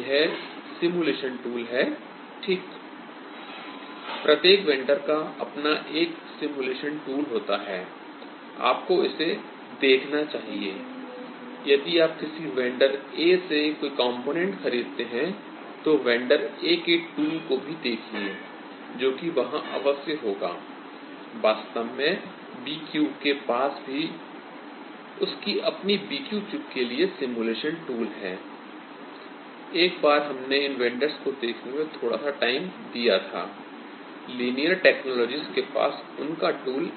यह simulation tool है I ठीक प्रत्येक वेंडर का अपना एक सिमुलेशन टूल होता है I आपको इसे देखना चाहिए यदि आप किसी वेंडर a से कोई कॉम्पोनेंट खरीदते हैं तो वेंडर a के टूल को भी देखिए जो कि वहां अवश्य होगा I वास्तव में BQ के पास भी उसकी अपनी BQ चिप के लिए सिमुलेशन टूल है I एक बार हमने इन वेंडर्स को देखने में थोड़ा सा टाइम दिया था I लीनियर टेक्नोलॉजीज के पास उनका टूल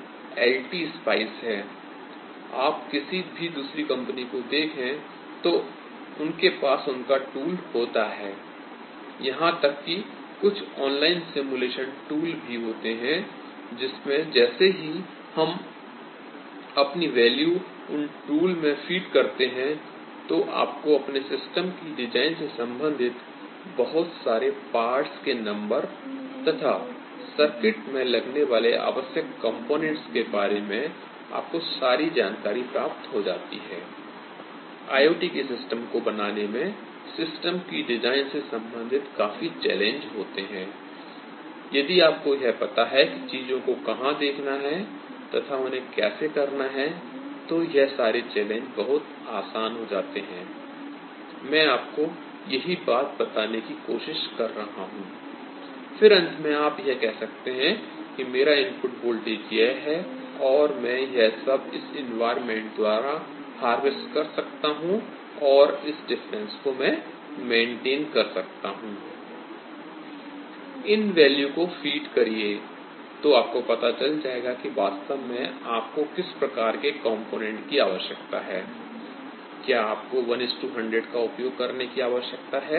एलटीस्पाइस है I आप किसी भी दूसरी कंपनी को देखें तो उनके पास उनका टूल होता है I यहां तक की कुछ ऑनलाइन सिमुलेशन टूल भी होते हैं जिसमें जैसे ही हम अपनी वैल्यू उन टूल में फीड करते हैं तो आपको अपने सिस्टम की डिजाइन से संबंधित बहुत सारे पार्ट्स के नंबर तथा आपके सर्किट में लगने वाले आवश्यक कॉम्पोनेंट्स के बारे में आपको सारी जानकारी प्राप्त हो जाती है I IoT के सिस्टम को बनाने में सिस्टम की डिजाइन से संबंधित काफी चैलेंज होते हैं I यदि आपको यह पता है कि चीजों को कहां देखना है तथा उन्हें कैसे करना है तो यह सारे चैलेंज बहुत आसान हो जाते हैं I मैं आपको यही बात बताने की कोशिश कर रहा हूं I फिर अंत में आप यह कह सकते हैं कि मेरा इनपुट वोल्टेज यह है और मैं यह सब इस एनवायरनमेंट के द्वारा हार्वेस्ट कर सकता हूं और इस डिफरेंस को मैं मेंटेन कर सकता हूं I इन वैल्यू को फीड करिए तो आपको यह पता चल जाएगा कि वास्तव में आप को किस प्रकार के कॉम्पोनेंट की आवश्यकता है I क्या आपको 1100 का उपयोग करने की आवश्यकता है